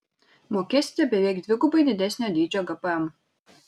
mokėsite beveik dvigubai didesnio dydžio gpm